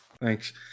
Thanks